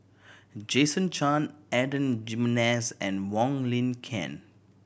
Jason Chan Adan Jimenez and Wong Lin Ken